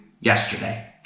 yesterday